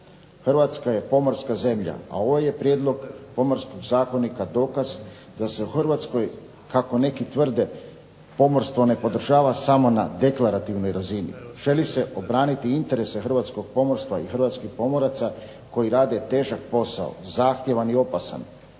Hrvatska je pomorska zemlja, a ovaj je prijedlog Pomorskog zakonika dokaz da se u Hrvatskoj kako neki tvrde pomorstvo ne podržava samo na deklarativnoj razini. Želi se obraniti interese hrvatskog pomorstva i hrvatskih pomoraca koji rade težak posao, zahtjevan i opasan